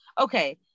Okay